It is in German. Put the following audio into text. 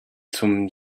zum